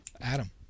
Adam